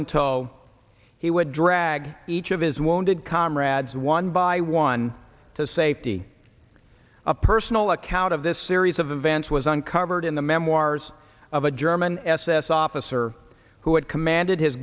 tow he would drag each of his wonted comrades one by one to safety a personal account of this series of events was uncovered in the memoirs of a german s s officer who had commanded his